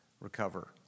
recover